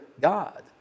God